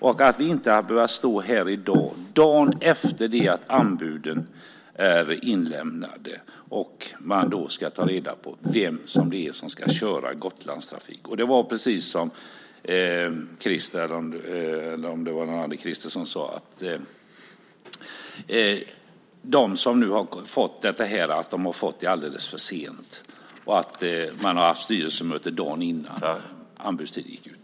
Vi hade inte behövt stå här i dag, dagen efter det att anbuden är inlämnade, och ta reda på vem det är som ska köra Gotlandstrafik. Det är precis som sades här. De som har fått underlaget har fått det alldeles för sent. Man har haft styrelsemöte dagen innan anbudstiden gick ut.